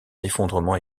effondrement